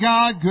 God